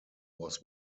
was